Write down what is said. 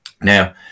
Now